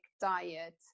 diet